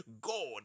God